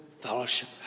fellowship